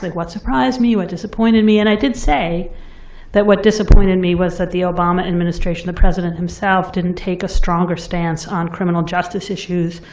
like what surprised me? what disappointed me? and i did say that what disappointed me was that the obama administration, the president himself, didn't take a stronger stance on criminal justice issues,